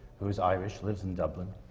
who's irish, lives in dublin.